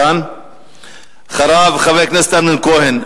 חבר הכנסת אמנון כהן,